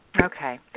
Okay